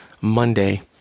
Monday